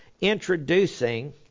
introducing